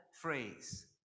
phrase